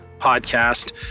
podcast